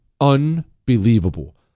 unbelievable